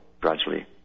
gradually